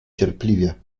cierpliwie